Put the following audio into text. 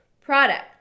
product